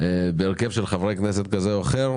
בהרכב של חברי כנסת כזה או אחר,